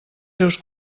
seus